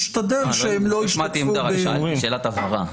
משתדל שהם לא --- זאת שאלת הבהרה.